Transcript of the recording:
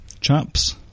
Chaps